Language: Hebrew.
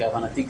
כהבנתי.